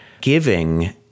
giving